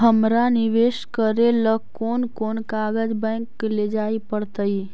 हमरा निवेश करे ल कोन कोन कागज बैक लेजाइ पड़तै?